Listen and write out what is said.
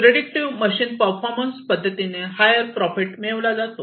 predictive machine performance पद्धतीने higher profit मिळवला जातो